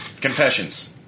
Confessions